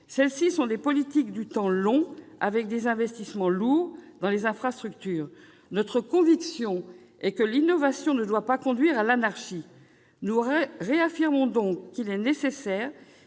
celles-ci sont des politiques du temps long, avec des investissements lourds dans des infrastructures. Notre conviction est que l'innovation ne doit pas conduire à l'anarchie : nous réaffirmons donc qu'il est nécessaire